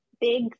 big